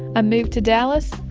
i moved to dallas.